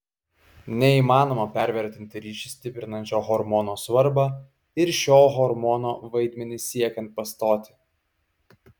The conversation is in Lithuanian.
neįmanoma pervertinti ryšį stiprinančio hormono svarbą ir šio hormono vaidmenį siekiant pastoti